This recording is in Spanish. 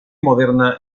moderna